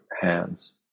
hands